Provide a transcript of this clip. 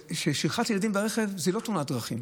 ששכחת ילדים ברכב זו לא תאונת דרכים,